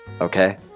okay